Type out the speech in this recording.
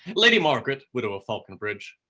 lady margaret, widow of falconbridge,